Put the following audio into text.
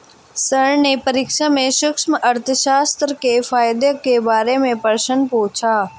sir ने परीक्षा में सूक्ष्म अर्थशास्त्र के फायदों के बारे में प्रश्न पूछा